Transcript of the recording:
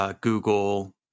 Google